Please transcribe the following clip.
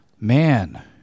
Man